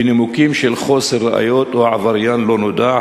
בנימוקים של חוסר ראיות או "העבריין לא נודע".